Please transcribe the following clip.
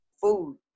food